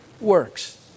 works